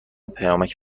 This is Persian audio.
پیامک